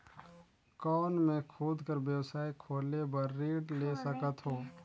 कौन मैं खुद कर व्यवसाय खोले बर ऋण ले सकत हो?